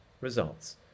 Results